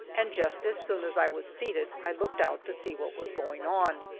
and just as soon as i was seated i looked out to see what was going on.